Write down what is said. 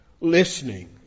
listening